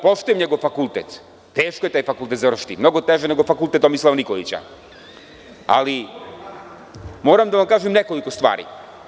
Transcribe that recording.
Poštujem njegov fakultet, teško je taj fakultet završiti, mnogo teže nego fakultet Tomislava Nikolića, ali moram da vam kažem nekoliko stvari.